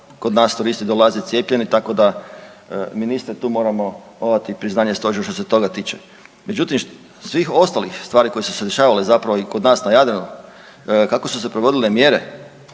kod nas turisti dolaze cijepljeni, tako da, ministre, tu moramo odati priznanje Stožeru, što se toga tiče. Međutim, svih ostalih stvari koje su se dešavale i kod nas na Jadranu, kako su se provodile mjere,